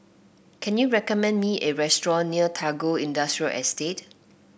can you recommend me a restaurant near Tagore Industrial Estate